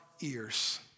ears